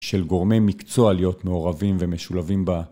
של גורמי מקצוע להיות מעורבים ומשולבים ב..